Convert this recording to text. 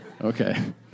Okay